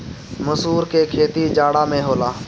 मसूर के खेती जाड़ा में होला